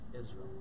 Israel